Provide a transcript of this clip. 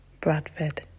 Bradford